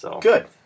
Good